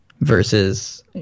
versus